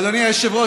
אדוני היושב-ראש,